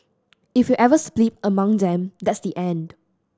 if we ever split along them that's the end